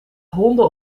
honden